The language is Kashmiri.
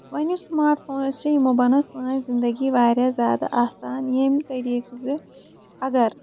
وۄنۍ یُس سٔمارٹ فونَز چھِ یِمو بَنٲو سٲنۍ زندگی واریاہ زیادٕ آسان ییٚمہِ طریٖقہٕ زِ اَگر